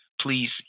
Please